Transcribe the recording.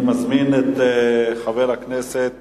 אני מזמין את חבר הכנסת